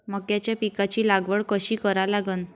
मक्याच्या पिकाची लागवड कशी करा लागन?